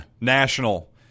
national